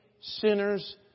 sinners